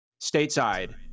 stateside